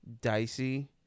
dicey